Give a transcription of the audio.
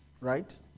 right